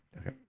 Okay